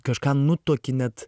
kažką nutuoki net